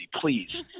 please